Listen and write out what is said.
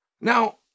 Now